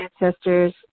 ancestors